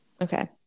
Okay